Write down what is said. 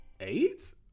Eight